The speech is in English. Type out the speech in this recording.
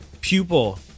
pupil